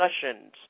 discussions